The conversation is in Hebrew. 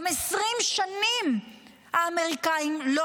גם 20 שנים האמריקנים לא